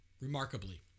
remarkably